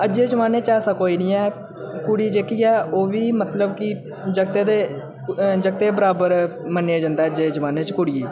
अज्जै जमान्ने च ऐसा कोई निं ऐ कुड़ी जेह्की ऐ ओह् बी मतलब कि जगतें बराबर जगतें बराबर मन्नेआ जन्दा ऐ अज्जै जमान्ने च कुड़ियै ते